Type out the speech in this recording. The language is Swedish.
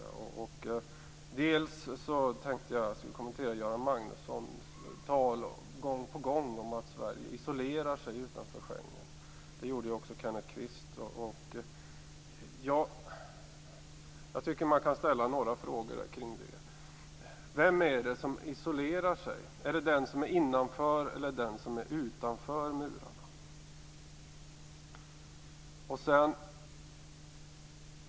Jag tänkte också - liksom Kenneth Kvist gjorde - kommentera Göran Magnussons återkommande tal om att Sverige isolerar sig utanför Schengen. Man kan ställa sig några frågor kring detta. Vem är det som isolerar sig? Är det den som är innanför eller den som är utanför murarna?